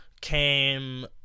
came